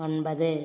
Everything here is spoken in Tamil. ஒன்பது